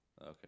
Okay